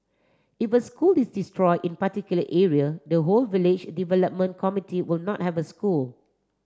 if a school is destroy in particular area the whole village development committee will not have a school